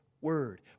word